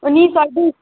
उन्नैस आओर बीसकेँ